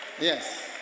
Yes